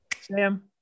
Sam